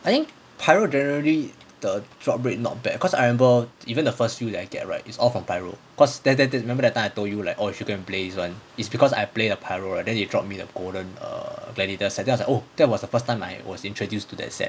I think pyro generally the drop rate not bad right cause I remember even the first few that I get right is from pyro cause that that that time you remember that I told you like you should go and play this [one] is because I play the pyro right then they drop me the golden err gladiator set then I was like oh that was the first time I was introduced that set